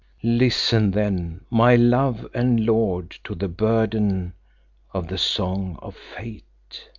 listen then, my love and lord, to the burden of the song of fate.